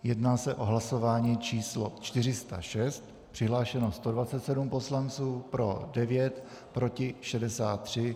Jedná se o hlasování číslo 406, přihlášeno 127 poslanců, pro 9, proti 63.